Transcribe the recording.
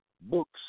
books